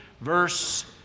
verse